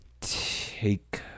take